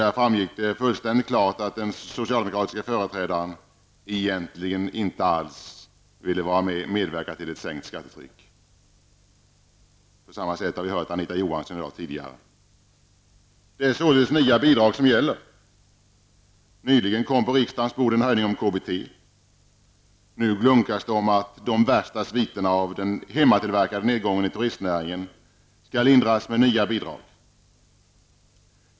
Där framgick det fullständigt klart att den socialdemokratiske företrädaren inte alls ville vara med om att medverka till ett sänkt skattetryck. På samma sätt har vi hört Anita Johansson uttrycka sig i dag. Det är således nya bidrag som gäller. Nyligen kom på riksdagens bord en höjning av KBT. Nu glunkas det om att de värsta sviterna av den hemmatillverkade nedgången i turistnäringen skall lindras med nya bidrag.